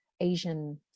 Asian